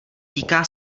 týká